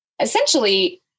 essentially